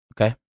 Okay